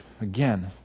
again